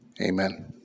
Amen